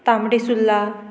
तांबडे सुल्ला